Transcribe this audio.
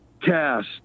cast